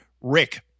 Rick